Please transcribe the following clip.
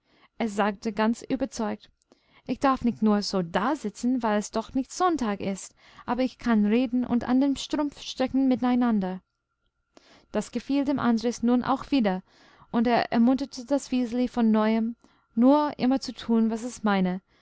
es sagte ganz überzeugt ich darf nicht nur so dasitzen weil es doch nicht sonntag ist aber ich kann reden und an dem strumpf stricken miteinander das gefiel dem andres nun auch wieder und er ermunterte das wiseli von neuem nur immer zu tun was es meine